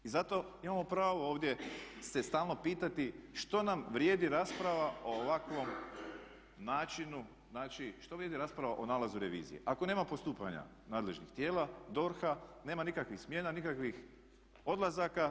I zato imamo pravo ovdje se stalno pitati što nam vrijedi rasprava o ovakvom načinu, znači što vrijedi rasprava o nalazu revizije ako nema postupanja nadležnih tijela, DORH-a, nema nikakvih smjena, nikakvih odlazaka.